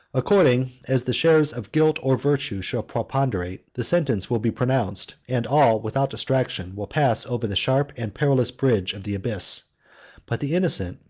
according as the shares of guilt or virtue shall preponderate, the sentence will be pronounced, and all, without distinction, will pass over the sharp and perilous bridge of the abyss but the innocent,